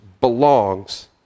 belongs